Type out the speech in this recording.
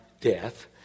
death